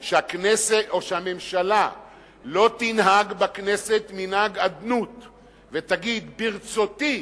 שהממשלה לא תנהג בכנסת מנהג אדנות ותגיד: ברצותי,